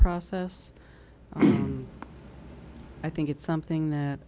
process i think it's something that